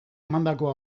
emandako